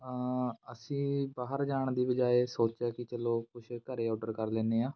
ਅਸੀਂ ਬਾਹਰ ਜਾਣ ਦੀ ਬਜਾਏ ਸੋਚਿਆ ਕਿ ਚਲੋ ਕੁਛ ਘਰ ਔਡਰ ਕਰ ਲੈਂਦੇ ਹਾਂ